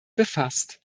befasst